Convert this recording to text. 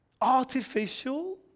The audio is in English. artificial